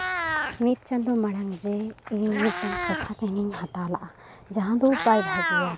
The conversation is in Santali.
ᱢᱤᱫ ᱪᱟᱸᱫᱚ ᱢᱟᱲᱟᱝ ᱨᱮ ᱤᱧ ᱢᱤᱫᱴᱟᱝ ᱥᱚᱯᱷᱟ ᱫᱟᱹᱱᱤᱧ ᱦᱟᱛᱟᱣ ᱞᱮᱫᱟ ᱡᱟᱦᱟᱸ ᱫᱚ ᱵᱟᱭ ᱵᱷᱟᱹᱜᱤᱭᱟ